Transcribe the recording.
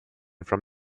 from